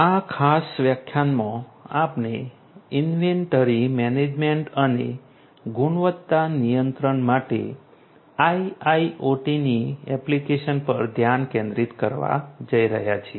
આ ખાસ વ્યાખ્યાનમાં આપણે ઇન્વેન્ટરી મેનેજમેન્ટ અને ગુણવત્તા નિયંત્રણ માટે IIoTની એપ્લિકેશન પર ધ્યાન કેન્દ્રિત કરવા જઈ રહ્યા છીએ